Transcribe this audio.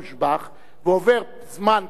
ועובר זמן כזה ואחר,